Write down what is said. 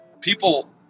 people